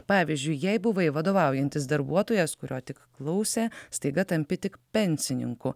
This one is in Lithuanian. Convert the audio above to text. pavyzdžiui jei buvai vadovaujantis darbuotojas kurio tik klausė staiga tampi tik pensininku